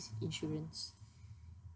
insurance